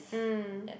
mm